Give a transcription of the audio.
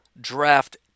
draft